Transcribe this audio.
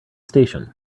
station